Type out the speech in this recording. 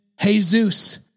Jesus